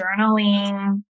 journaling